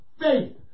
Faith